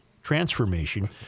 transformation